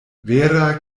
vera